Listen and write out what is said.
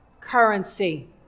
Currency